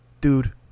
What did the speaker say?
Dude